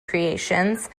creations